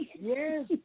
Yes